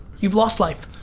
you've lost life.